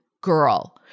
girl